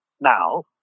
now